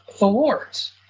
awards